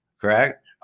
correct